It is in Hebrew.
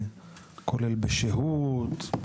כולל בשהות,